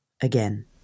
again